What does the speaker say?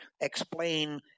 explain